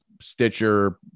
Stitcher